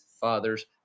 father's